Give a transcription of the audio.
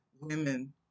women